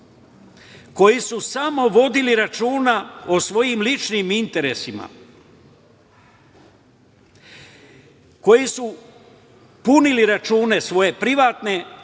koji su samo vodili računa o svojim ličnim interesima, koji su punili svoje privatne